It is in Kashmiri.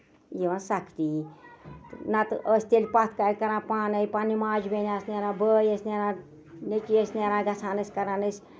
یِوان سَختی یہِ نہ تہٕ ٲسۍ تیٚلہِ پَتھ کالہِ کران پانٕے پَنٕنہِ ماجہِ بیٚنہِ آسہٕ نیران بٲے ٲسۍ نیران نیٚچی ٲسۍ نیران گژھان ٲسۍ کران ٲسۍ